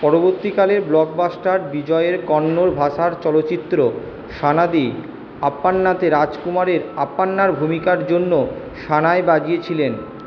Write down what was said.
পরবর্তীকালের blockbuster বিজয়ের কন্নড় ভাষার চলচ্চিত্র সানাদি আপ্পান্নাতে রাজকুমারের আপান্নার ভূমিকার জন্য সানাই বাজিয়েছিলেন